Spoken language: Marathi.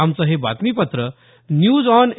आमचं हे बातमीपत्र न्यूज ऑन ए